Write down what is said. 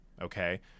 Okay